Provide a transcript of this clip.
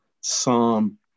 Psalm